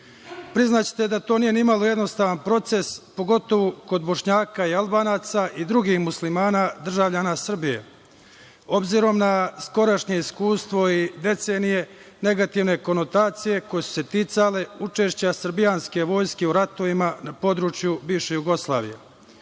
Priznaćete da to nije ni malo jednostavan proces, pogotovu kod Bošnjaka i Albanaca i drugih muslimana, državljana Srbije, obzirom na skorašnje iskustvo i decenije negativne konotacije, koje su se ticale učešća srbijanske Vojske u ratovima na području bivše Jugoslavije. Jedno